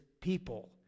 people